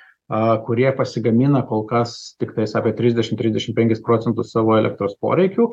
kurie pasigamina kol kas tiktais apie trisdešim trisdešim penkis procentus savo elektros poreikių